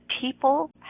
people